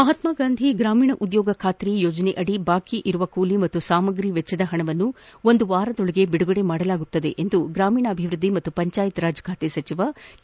ಮಹಾತ್ಮಾ ಗಾಂಧಿ ಗ್ರಾಮೀಣ ಉದ್ಯೋಗ ಖಾತರಿ ಯೋಜನೆಯಡಿ ಬಾಕಿ ಇರುವ ಕೂಲಿ ಮತ್ತು ಸಾಮಗ್ರಿ ವೆಚ್ಚದ ಪಣವನ್ನು ಒಂದು ವಾರದೊಳಗೆ ಬಿಡುಗಡೆ ಮಾಡಲಾಗುವುದು ಎಂದು ಗ್ರಾಮೀಣಾಭಿವೃದ್ಧಿ ಮತ್ತು ಪಂಚಾಯತ್ ರಾಜ್ ಸಚಿವ ಕೆ